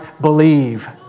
believe